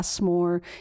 more